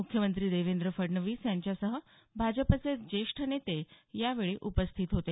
मुख्यमंत्री देवेंद्र फडणवीस यांच्यासह भाजपाचे ज्येष्ठ नेते यावेळी उपस्थित होते